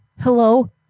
Hello